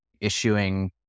issuing